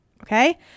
okay